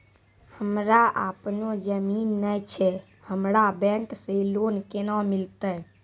हमरा आपनौ जमीन नैय छै हमरा बैंक से लोन केना मिलतै?